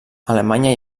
alemanya